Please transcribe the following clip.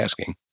asking